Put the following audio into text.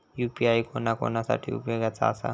UPI कोणा कोणा साठी उपयोगाचा आसा?